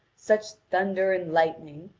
such thunder and lightning,